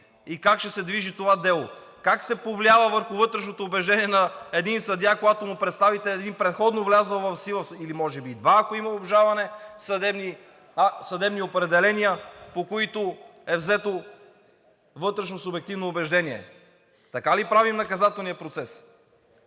и как ще се движи това дело. Как се повлиява върху вътрешното убеждение на един съдия, когато му представите един предходно влязъл в сила или може би две съдебни определения, ако има обжалване, по които е взето вътрешно субективно убеждение? Така ли правим наказателния процес?